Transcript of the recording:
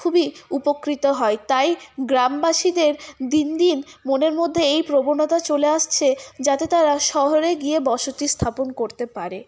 খুবই উপকৃত হয় তাই গ্রামবাসীদের দিন দিন মনের মধ্যে এই প্রবণতা চলে আসছে যাতে তারা শহরে গিয়ে বসতি স্থাপন করতে পারে